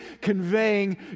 conveying